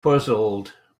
puzzled